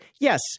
Yes